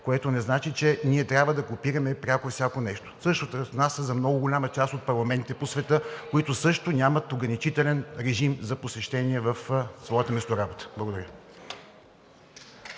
което не значи, че ние трябва да копираме пряко всяко нещо. Същото се отнася за много голяма част от парламентите по света, които също нямат ограничителен режим за посещение в своята месторабота. Благодаря.